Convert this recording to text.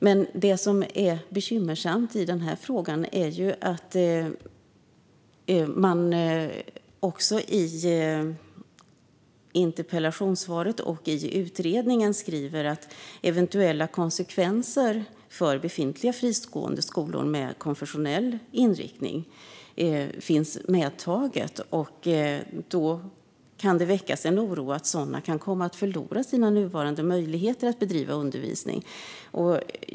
Det som dock är bekymmersamt i den här frågan är att man både i interpellationssvaret och i utredningen nämner eventuella konsekvenser för befintliga fristående skolor med konfessionell inriktning. Det kan därför väckas en oro att sådana kan komma att förlora sina nuvarande möjligheter att bedriva undervisning.